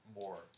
more